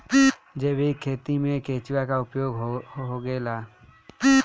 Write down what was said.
जैविक खेती मे केचुआ का उपयोग होला?